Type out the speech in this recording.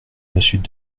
monsieur